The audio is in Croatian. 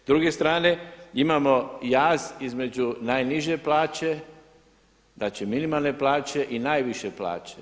S druge strane imamo jaz između najniže plaće, znači minimalne plaće i najviše plaće.